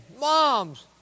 moms